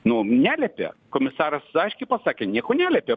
nu neliepė komisaras aiškiai pasakė nieko neliepė